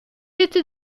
était